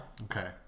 okay